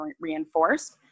reinforced